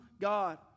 God